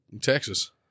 Texas